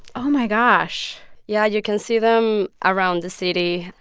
oh, my gosh yeah. you can see them around the city.